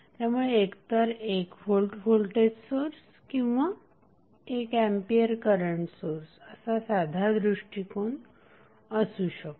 त्यामुळे एकतर 1V voltage source किंवा 1A करंट सोर्स असा साधा दृष्टिकोन असू शकतो